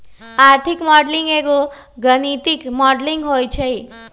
आर्थिक मॉडलिंग एगो गणितीक मॉडलिंग होइ छइ